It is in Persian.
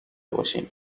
باشیم